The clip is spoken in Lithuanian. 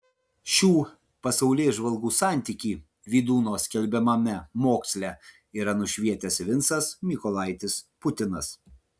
šių pasaulėžvalgų santykį vydūno skelbiamame moksle yra nušvietęs vincas mykolaitis putinas